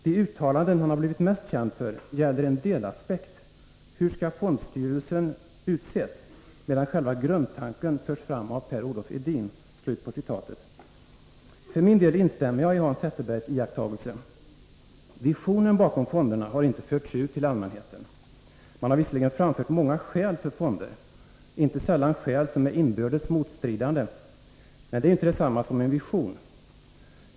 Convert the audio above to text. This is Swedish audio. De uttalanden han har blivit mest känd för gäller en delaspekt — hur skall fondstyrelsen utses — medan själva grundtanken förs fram av Per-Olof Edin. För min del instämmer jag i Hans Zetterbergs iakttagelse. Visionen bakom fonderna har inte förts ut till allmänheten. Man har visserligen framfört många skäl för fonder, inte sällan skäl som är inbördes motstridande, men det är ju inte detsamma som en vision.